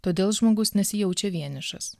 todėl žmogus nesijaučia vienišas